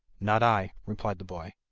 not i replied the boy.